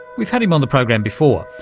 we've had him on the program before.